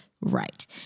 right